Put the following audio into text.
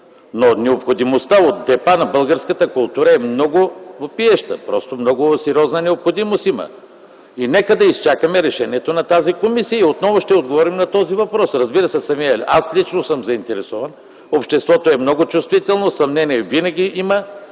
Но необходимостта от депа на българската култура е много въпиюща, има много сериозна необходимост. Нека да изчакаме решението на тази комисия и отново ще отговорим на този въпрос. Разбира се, самият аз лично съм заинтересован, обществото е много чувствително, съмнения винаги има.